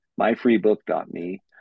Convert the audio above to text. myfreebook.me